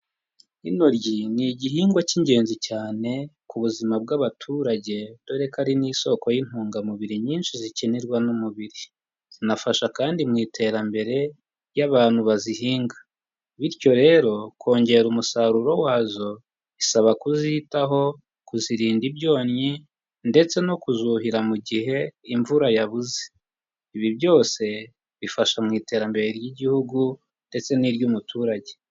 Intoryi ni igihingwa cy'ingenzi cyane ku buzima bw'abaturage dore ko ari n'isoko y'intungamubiri nyinshi zikenerwa n'umubiri, zinafasha kandi mu iterambere y'abantu bazihinga, bityo rero kongera umusaruro wazo bisaba kuzitaho, kuzirinda ibyonnyi, ndetse no kuzuhira mu gihe imvura yabuze, ibi byose bifasha mu iterambere ry'igihugu ndetse n'iry'umuturage.